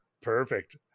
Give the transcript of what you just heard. Perfect